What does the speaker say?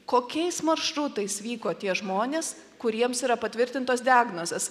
kokiais maršrutais vyko tie žmonės kuriems yra patvirtintos diagnozės